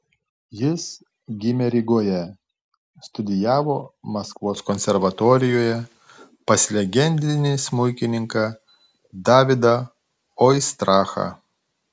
jis gimė rygoje studijavo maskvos konservatorijoje pas legendinį smuikininką davidą oistrachą